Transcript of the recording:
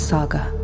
Saga